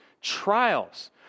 trials